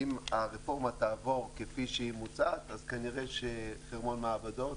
אם הרפורמה תעבור כפי שהיא מוצעת אז כנראה שחרמון מעבדות